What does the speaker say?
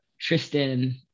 Tristan